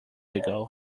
ago